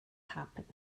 happened